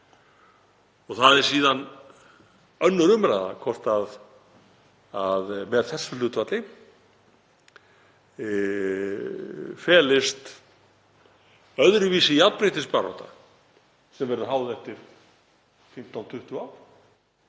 Það er síðan önnur umræða hvort að með þessu hlutfalli felist öðruvísi jafnréttisbarátta sem verður háð eftir 15–20 ár,